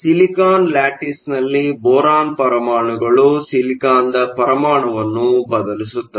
silicon lattice ನಲ್ಲಿ boron ಪರಮಾಣುಗಳು ಸಿಲಿಕಾನ್ನ ಪರಮಾಣುವನ್ನು ಬದಲಿಸುತ್ತವೆ